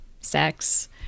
sex